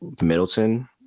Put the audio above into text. Middleton